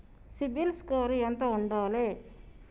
CIBIL score ఎంత ఉండాలే?